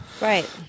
Right